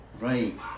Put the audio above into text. Right